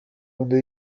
dónde